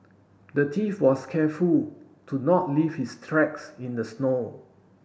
the thief was careful to not leave his tracks in the snow